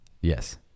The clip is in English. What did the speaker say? Yes